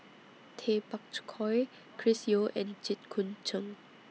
Tay Bak Koi Chris Yeo and Jit Koon Ch'ng